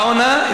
עטאונה,